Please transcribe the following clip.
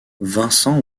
vincent